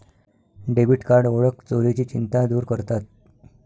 debit card ओळख चोरीची चिंता दूर करतात